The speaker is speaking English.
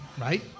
right